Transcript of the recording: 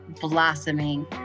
Blossoming